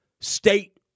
State